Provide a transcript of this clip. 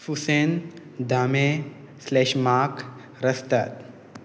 फुसेन दामे स्लॅशमार्क रसतात